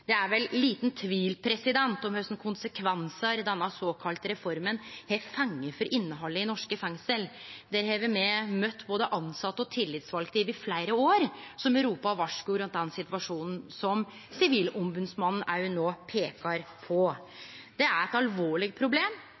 Det er vel liten tvil om kva for konsekvensar denne såkalla reforma har fått for innhaldet i norske fengsel. Me har møtt både tilsette og tillitsvalde over fleire år som har ropa varsko rundt den situasjonen som òg Sivilombodsmannen no peikar på. Det er eit alvorleg problem